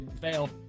fail